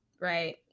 right